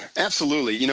absolutely. you know